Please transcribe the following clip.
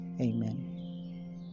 Amen